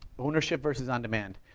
ownership versus on demand.